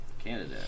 Canada